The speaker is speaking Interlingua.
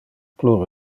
plure